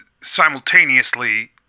simultaneously